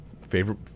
Favorite